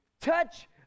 touch